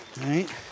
Right